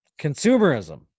Consumerism